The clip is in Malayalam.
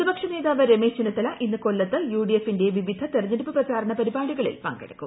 പ്രതിപക്ഷ നേതാവ് രമേശ് ചെന്നിത്തല ഇന്ന് കൊല്ലത്ത് യു ഡി എഫ്ന്റെ വിവിധ തെരഞ്ഞെടുപ്പ് പ്രചാരണ പരിപാടിക്ട്ളിൽ പങ്കെടുക്കും